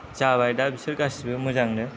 जाबाय दा बिसोर गासैबो मोजांनो